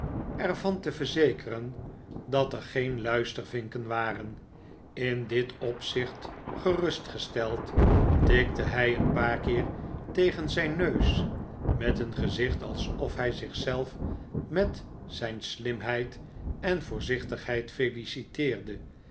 van te verzekeren dat er geen luistervinken waren in dit opzicht gerustgesteld tikte hij een paar keer tegen zijn neus met een gezicht alsof hij zich zelf met zijn sliniheid en voorzichtigheid feliciteerde